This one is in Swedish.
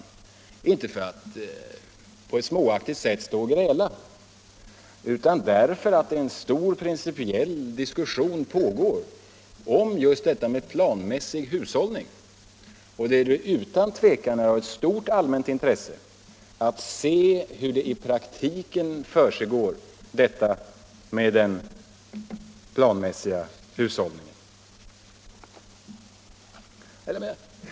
Det är inte för att på ett småaktigt sätt stå och gräla, utan därför att det pågår en stor principiell diskussion om just planmässig hushållning. I denna debatt är det utan tvivel av stort allmänt intresse att se hur planmässig hushållning i praktiken går till.